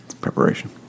Preparation